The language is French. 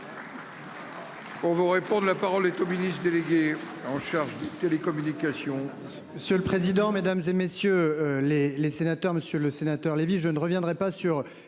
On vous réponde. La parole est au ministre délégué en charge des télécommunications.